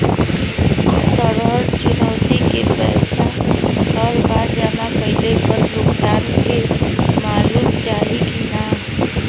ऋण चुकौती के पैसा हर बार जमा कईला पर भुगतान के मालूम चाही की ना?